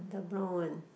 the brown one